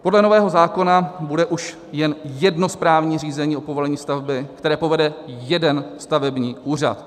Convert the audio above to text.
Podle nového zákona bude už jen jedno správní řízení o povolení stavby, které povede jeden stavební úřad.